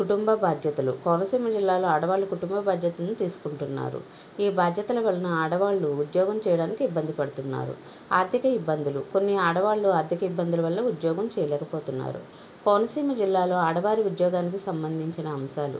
కుటుంబ బాధ్యతలు కోనసీమ జిల్లాలో ఆడవాళ్లు కుటుంబ బాధ్యతలు తీసుకుంటున్నారు ఈ బాధ్యతలు వలన ఆడవాళ్లు ఉద్యోగం చేయడానికి ఇబ్బంది పడుతున్నారు ఆర్థిక ఇబ్బందులు కొన్ని ఆడవాళ్లు ఆర్థిక ఇబ్బందుల వలన ఉద్యోగం చేయలేకపోతున్నారు కోనసీమ జిల్లాలో ఆడవారి ఉద్యోగాలకు సంబంధించిన అంశాలు